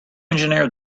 engineered